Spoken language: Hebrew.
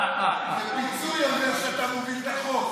זה פיצוי על זה שאתה מוביל את החוק.